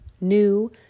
new